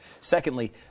Secondly